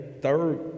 third